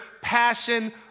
passion